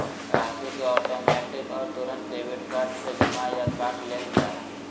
राशि के ऑटोमैटिक और तुरंत डेबिट कार्ड से जमा या काट लेल जा हइ